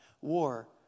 war